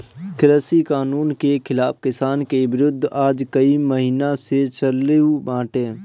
कृषि कानून के खिलाफ़ किसान के विरोध आज कई महिना से चालू बाटे